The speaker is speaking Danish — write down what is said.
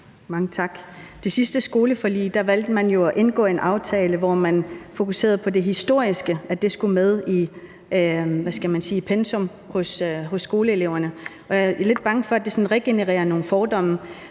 Mange tak. I det sidste skoleforlig valgte man jo at indgå en aftale, hvor man fokuserede på, at det historiske skulle med i pensum for skoleeleverne. Jeg er lidt bange for, at det sådan regenererer nogle fordomme.